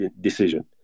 decision